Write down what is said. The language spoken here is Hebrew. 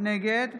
נגד